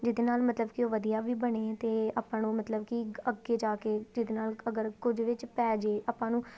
ਜਿਹਦੇ ਨਾਲ ਮਤਲਬ ਕਿ ਉਹ ਵਧੀਆ ਵੀ ਬਣੇ ਅਤੇ ਆਪਣੋਂ ਮਤਲਬ ਕਿ ਅੱਗੇ ਜਾ ਕੇ ਜਿਹਦੇ ਨਾਲ ਅਗਰ ਕੁਝ ਵਿੱਚ ਪੈ ਜਾਵੇ ਆਪਾਂ ਨੂੰ